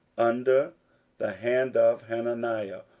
under the hand of hananiah,